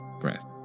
breath